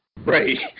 Right